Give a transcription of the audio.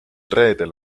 reedel